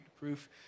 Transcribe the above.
proof